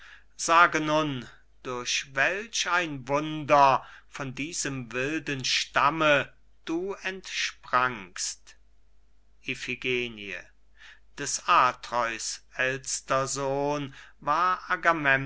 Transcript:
sage nun durch welch ein wunder von diesem wilden stamme du entsprangst iphigenie des altreus ält'ster sohn war